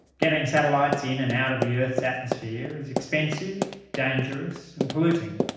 getting satellites in and out of the earth's atmosphere is expensive, dangerous and polluting.